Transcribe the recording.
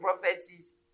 prophecies